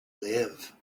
live